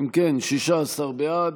נתקבל אם כן, 16 בעד,